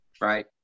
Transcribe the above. right